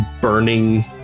burning